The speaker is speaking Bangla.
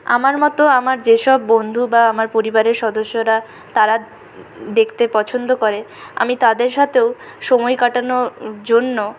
আমার মতো আমার যেসব বন্ধু বা আমার পরিবারের সদস্যরা তারা দেখতে পছন্দ করে আমি তাদের সাথেও সময় কাটানোর জন্য